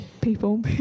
people